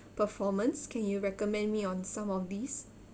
performance can you recommend me on some of these